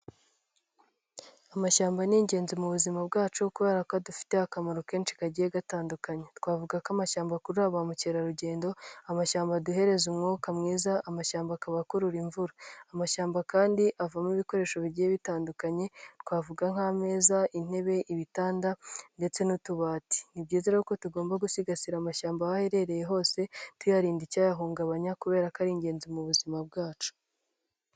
Amashyamba ni ingenzi mu buzima bwacu kubera ko adufiteye akamaro kenshi kagiye gatandukanye. Twavuga ko amashyamba akurura ba mukerarugendo, amashyamba duhereza umwuka mwiza, amashyamba akaba akurura imvura. Amashyamba kandi avamo ibikoresho bigiye bitandukanye; twavuga nk'ameza, intebe, ibitanda ndetse n'utubati. Ni byiza ko tugomba gusigasira amashyamba aho aherereye hose tuyarinda icyayahungabanya kubera ko ari ingenzi mu buzima bwacu.